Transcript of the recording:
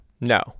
No